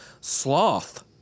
sloth